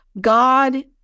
God